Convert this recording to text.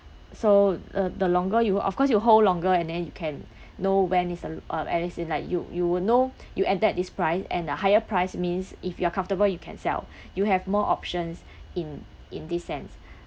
so uh the longer you of course you hold longer and then you can know when is the uh at least in like you you will know you at that this price and a higher price means if you are comfortable you can sell you have more options in in this sense